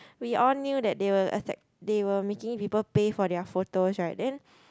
we all knew that they were they were making people pay for their photos right then